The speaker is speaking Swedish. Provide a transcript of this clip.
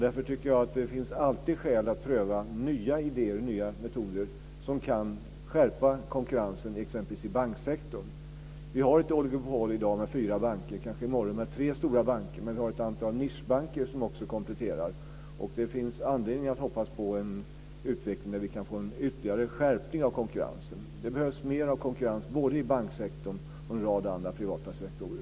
Därför tycker jag att det alltid finns skäl att pröva nya idéer och nya metoder som kan skärpa konkurrensen exempelvis i banksektorn. Vi har ett oligopol i dag med fyra banker, kanske tre stora banker i morgon, men vi har ett antal nischbanker som kompletterar. Det finns anledning att hoppas på en utveckling där vi kan få ytterligare en skärpning av konkurrensen. Det behövs mer av konkurrens, både i banksektorn och i en rad andra privata sektorer.